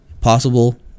possible